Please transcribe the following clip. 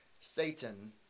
Satan